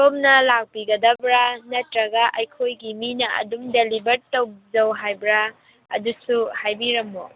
ꯁꯣꯝꯅ ꯂꯥꯛꯄꯤꯒꯗꯕ꯭ꯔꯥ ꯅꯠꯇ꯭ꯔꯒ ꯑꯩꯈꯣꯏꯒꯤ ꯃꯤꯅ ꯑꯗꯨꯝ ꯗꯦꯂꯤꯚꯔ ꯇꯧꯖꯧ ꯍꯥꯏꯕ꯭ꯔꯥ ꯑꯗꯨꯁꯨ ꯍꯥꯏꯕꯤꯔꯝꯃꯣ